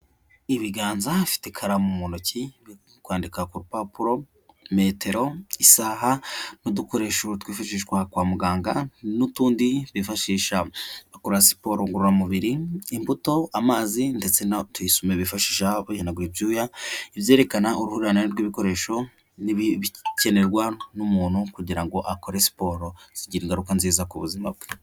Ibiganza hafite ikaramu mu ntoki biri kwandika ku rupapuro metero, isaha, n'udukoresho twifashishwa kwa muganga n'utundi bifashisha bakora siporo ngororamubiri, imbuto, amazi ndetse na tuyesume bifashi bahinagura ibyuya ibyerekana uruhurane rw'ibikoresho n'ibibikenerwa n'umuntu kugira ngo akore siporo bigire ingaruka nziza ku buzima bwe.